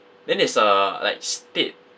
then is uh like state